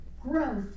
growth